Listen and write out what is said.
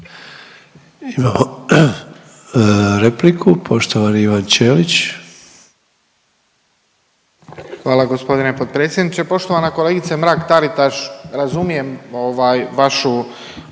Imamo repliku, poštovani Ivan Ćelić.